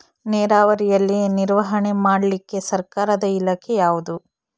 ನೇರಾವರಿಯಲ್ಲಿ ನಿರ್ವಹಣೆ ಮಾಡಲಿಕ್ಕೆ ಸರ್ಕಾರದ ಇಲಾಖೆ ಯಾವುದು?